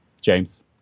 James